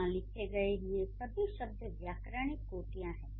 यहां लिखे गए ये सभी शब्द व्याकरणिक कोटियाँ हैं